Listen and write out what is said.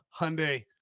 Hyundai